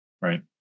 Right